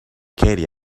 katie